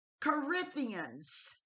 Corinthians